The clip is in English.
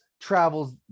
travels